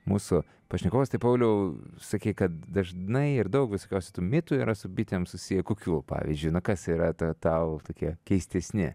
mūsų pašnekovas tai pauliau sakei kad dažnai ir daug visokiaus mitų yra su bitėm susiję kokių pavyzdžiui na kas yra ta tau tokie keistesni